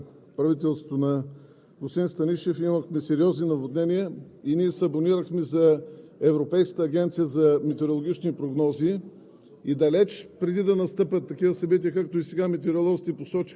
тогава, когато 2005 г. започна мандата на правителството на господин Станишев, имахме сериозни наводнения, ние се абонирахме за Европейската агенция за метрологични прогнози